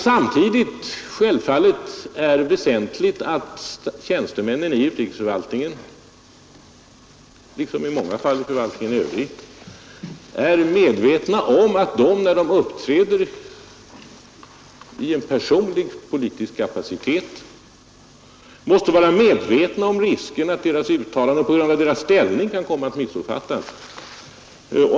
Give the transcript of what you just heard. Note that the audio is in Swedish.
Samtidigt är det naturligtvis väsentligt att tjänstemännen i utrikesförvaltningen liksom i förvaltningen i övrigt, när de uppträder i en personlig, politisk kapacitet, är medvetna om riskerna för att deras uttalanden på grund av deras ställning kan komma att missuppfattas.